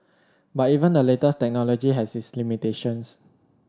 but even the latest technology has its limitations